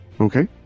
Okay